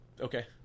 okay